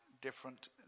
different